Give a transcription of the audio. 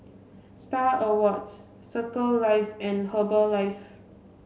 Star Awards Circles Life and Herbalife